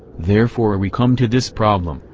therefore we come to this problem,